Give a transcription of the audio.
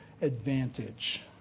advantage